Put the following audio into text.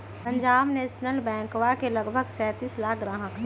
Punjab national बैंकवा के लगभग सैंतीस लाख ग्राहक हई